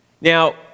Now